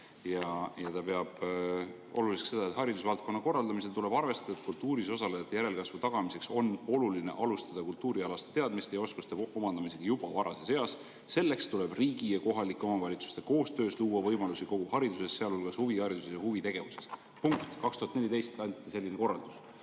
Ja riik peab oluliseks seda, et haridusvaldkonna korraldamisel tuleb arvestada, et kultuuris osalejate järelkasvu tagamiseks on oluline alustada kultuurialaste teadmiste ja oskuste omandamist juba varases eas. Selleks tuleb riigi ja kohalike omavalitsuste koostöös luua võimalusi kogu hariduses, sh huvihariduses ja huvitegevuses. Punkt. 2014 anti selline korraldus.